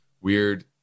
weird